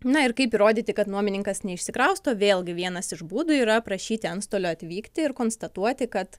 na ir kaip įrodyti kad nuomininkas neišsikrausto vėlgi vienas iš būdų yra prašyti antstolio atvykti ir konstatuoti kad